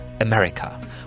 America